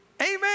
Amen